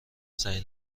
سعی